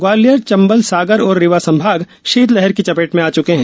ग्वालियर चंबल सागर और रीवा संभाग शीतलहर की चपेट में आ चुके हैं